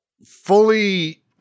fully